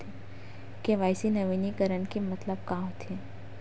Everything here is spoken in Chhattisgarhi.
के.वाई.सी नवीनीकरण के मतलब का होथे?